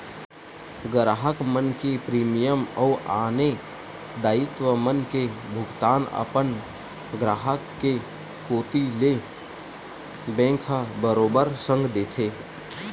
गराहक मन के प्रीमियम अउ आने दायित्व मन के भुगतान अपन ग्राहक के कोती ले बेंक ह बरोबर संग देथे